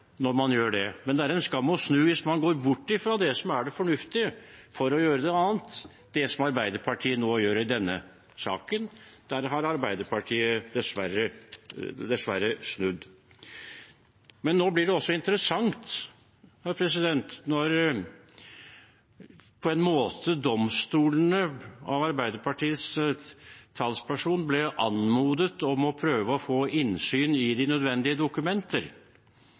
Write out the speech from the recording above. hvis man går bort fra det som er det fornuftige for å gjøre det annet, det som Arbeiderpartiet nå gjør i denne saken. Der har Arbeiderpartiet dessverre snudd. Det blir også interessant når domstolene nå, på en måte, av Arbeiderpartiets talsperson ble anmodet om å prøve å få innsyn i de nødvendige dokumenter.